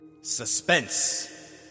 suspense